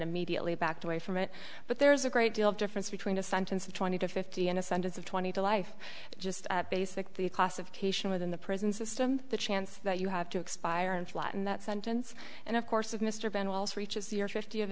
immediately backed away from it but there's a great deal of difference between a sentence of twenty to fifty and a sentence of twenty to life just basically a classification within the prison system the chance that you have to expire and flatten that sentence and of course of mr ben wallace reaches year fifty of